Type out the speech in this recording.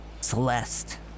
Celeste